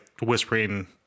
whispering